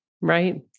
Right